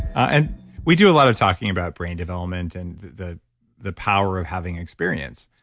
and we do a lot of talking about brain development and the the power of having experience.